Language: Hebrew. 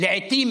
לעיתים,